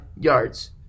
yards